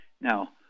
Now